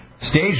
stage